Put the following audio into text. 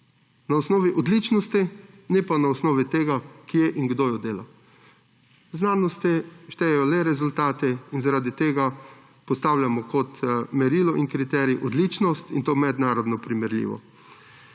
na osnovi odličnosti, ne pa na osnovi tega, kje in kdo jo dela. V znanosti štejejo le rezultati in zaradi tega postavljamo kot merilo in kriterij odličnost in to mednarodno primerljivo.